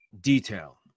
detail